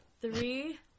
Three